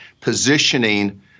positioning